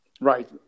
Right